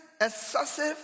excessive